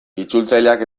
itzultzaileak